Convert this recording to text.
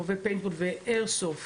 רובה הפיינטבול והאיירסופט